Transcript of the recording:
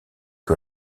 que